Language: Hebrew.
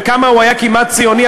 וכמה הוא היה כמעט ציוני,